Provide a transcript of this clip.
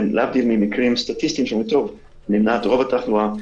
להבדיל ממקרים סטטיסטיים שנמנעת רוב התחלואה.